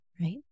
right